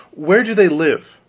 where do they live?